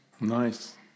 Nice